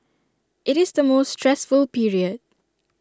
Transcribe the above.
IT is the most stressful period